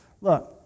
Look